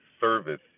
service